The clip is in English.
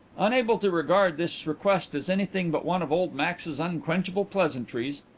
unable to regard this request as anything but one of old max's unquenchable pleasantries,